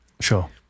Sure